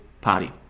party